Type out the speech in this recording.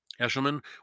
Eshelman